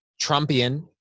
Trumpian